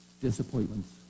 disappointments